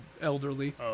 elderly